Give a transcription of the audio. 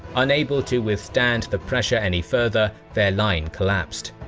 unable to withstand the pressure any further, their line collapsed.